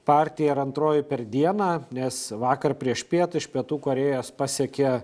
partija ir antroji per dieną nes vakar priešpiet iš pietų korėjos pasiekė